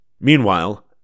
Meanwhile